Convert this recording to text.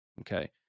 Okay